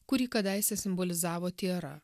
kurį kadaise simbolizavo tiara